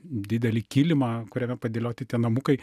didelį kilimą kuriame padėlioti tie namukai